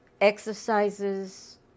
exercises